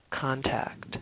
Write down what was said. contact